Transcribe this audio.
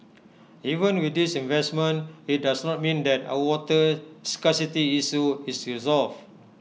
even with these investments IT does not mean that our water scarcity issue is resolved